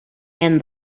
and